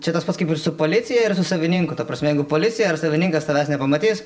čia tas pats kaip ir su policija ir su savininku ta prasme jeigu policija ar savininkas tavęs nepamatys